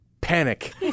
panic